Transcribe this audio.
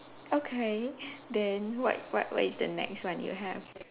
okay then what what what is the next one you have